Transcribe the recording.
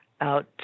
out